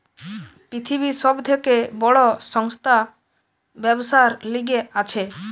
পৃথিবীর সব থেকে বড় সংস্থা ব্যবসার লিগে আছে